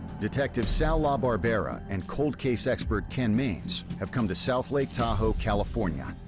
detective sal labarbera and cold case expert ken mains have come to south lake tahoe, california,